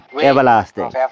everlasting